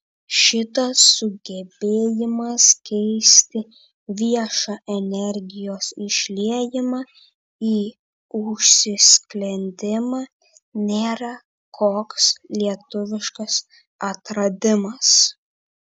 šitas sugebėjimas keisti viešą energijos išliejimą į užsisklendimą nėra koks lietuviškas atradimas